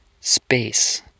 space